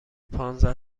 پانزده